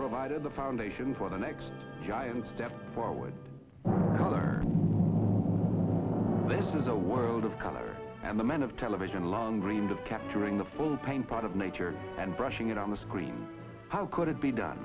bromide of the foundation for the next giant step forward this is a world of color and the men of television long dreamed of capturing the full pain part of nature and brushing it on the screen how could it be done